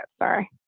sorry